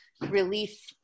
relief